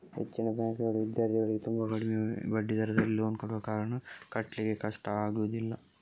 ಹೆಚ್ಚಿನ ಬ್ಯಾಂಕುಗಳು ವಿದ್ಯಾರ್ಥಿಗಳಿಗೆ ತುಂಬಾ ಕಡಿಮೆ ಬಡ್ಡಿ ದರದಲ್ಲಿ ಲೋನ್ ಕೊಡುವ ಕಾರಣ ಕಟ್ಲಿಕ್ಕೆ ಕಷ್ಟ ಆಗುದಿಲ್ಲ